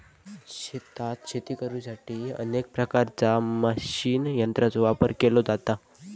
शेतात शेती करुसाठी अनेक प्रकारच्या मशीन यंत्रांचो वापर केलो जाता